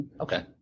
Okay